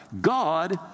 God